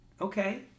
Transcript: okay